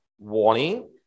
warning